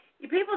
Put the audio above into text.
people